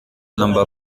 number